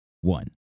one